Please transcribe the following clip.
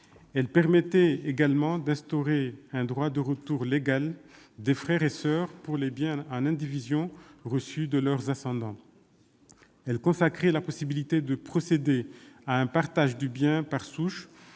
Elles permettaient également d'instaurer un droit de retour légal des frères et soeurs pour les biens en indivision reçus de leurs ascendants. Elles consacraient la possibilité de procéder à un partage du bien par souche,